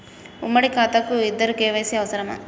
ఉమ్మడి ఖాతా కు ఇద్దరు కే.వై.సీ అవసరమా?